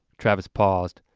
travis paused,